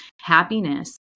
Happiness